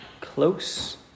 close